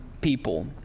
people